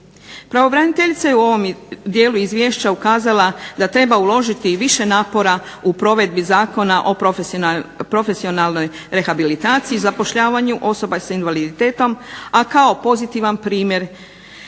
Pravobraniteljica je u ovom dijelu izvješća ukazala da treba uložiti više napora u provedbi Zakona o profesionalnoj rehabilitaciji i zapošljavanju osoba s invaliditetom, a kao pozitivan primjer